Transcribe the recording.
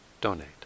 donate